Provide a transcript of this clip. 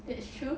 that's true